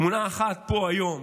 תמונה אחת פה היום,